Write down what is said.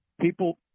people